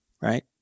right